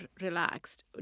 relaxed